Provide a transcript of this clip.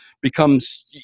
becomes